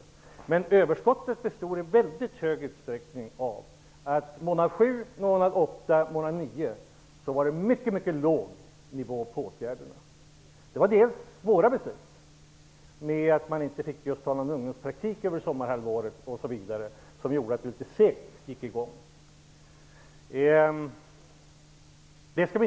När det gäller överskottet var det under månaderna 7--9 i väldigt stor utsträckning mycket låga nivåer beträffande åtgärderna. Delvis hängde det samman med våra beslut. Just ingen ungdomspraktik tilläts ju under sommarhalvåret, och det gjorde att det blev litet segt i starten.